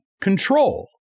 control